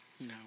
No